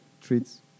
treats